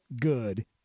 good